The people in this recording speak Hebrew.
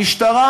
המשטרה